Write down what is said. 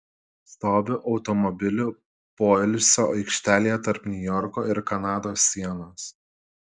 stoviu automobilių poilsio aikštelėje tarp niujorko ir kanados sienos